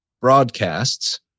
broadcasts